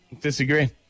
Disagree